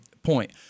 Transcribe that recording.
point